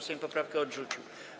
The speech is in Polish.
Sejm poprawkę odrzucił.